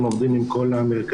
אנחנו עובדים עם כל המרכזים.